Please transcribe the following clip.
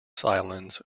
islands